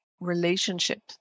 relationship